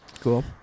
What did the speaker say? Cool